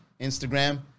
instagram